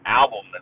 album